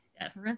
Yes